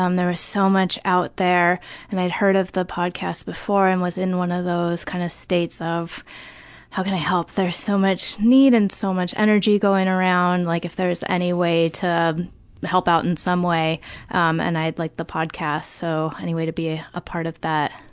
um there was ah so much out there and i'd heard of the podcast before and was in one of those kind of states of how can i help? there's so much need and so much energy going around like if there's any way to help out in some way um and i'd liked the podcast so any way to be a part of that,